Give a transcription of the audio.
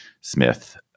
Smith